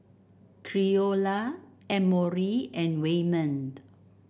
Creola Emory and Wayman